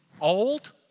old